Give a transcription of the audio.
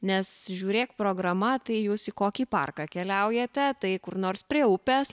nes žiūrėk programa tai jūs į kokį parką keliaujate tai kur nors prie upės